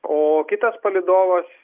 o kitas palydovas